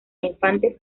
infantes